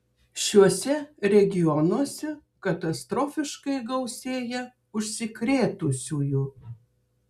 šiuose regionuose katastrofiškai gausėja užsikrėtusiųjų